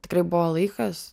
tikrai buvo laikas